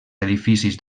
edificis